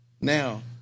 Now